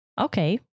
okay